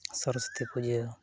Saraswati ᱯᱩᱡᱟᱹ